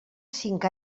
cinc